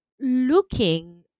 looking